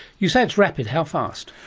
you say it's rapid, how fast?